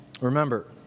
remember